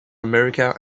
america